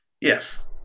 Yes